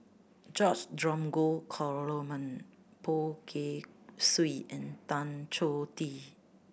George Dromgold Coleman Poh Kay Swee and Tan Choh Tee